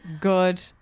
Good